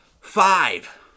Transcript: Five